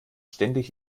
ständig